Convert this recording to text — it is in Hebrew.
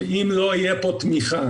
אם לא תהיה פה תמיכה